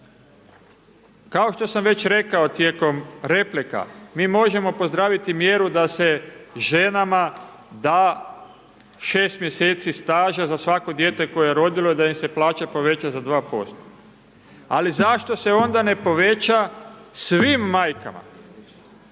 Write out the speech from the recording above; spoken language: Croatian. Kao što sam već rekao tijekom replika, mi možemo pozdraviti mjeru da se ženama da 6 mjeseci staža za svako dijete koje je rodila i da im se plaća poveća za 2%. Ali zašto se onda ne poveća svim majkama?